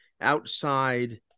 outside